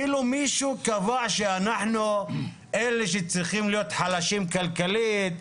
כאילו מישהו קבע שאנחנו אלה שצריכים להיות חלשים כלכלית,